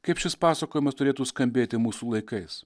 kaip šis pasakojimas turėtų skambėti mūsų laikais